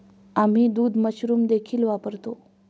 आम्ही दूध मशरूम देखील वापरतो